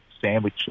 sandwich